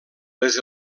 les